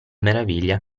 meraviglia